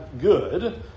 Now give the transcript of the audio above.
good